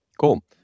Cool